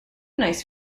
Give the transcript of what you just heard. nice